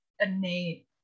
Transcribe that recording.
innate